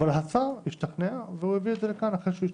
אבל השר השתכנע והוא הביא את זה לכאן אחרי שהוא השתכנע.